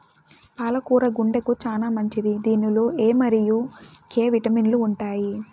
పాల కూర గుండెకు చానా మంచిది దీనిలో ఎ మరియు కే విటమిన్లు ఉంటాయి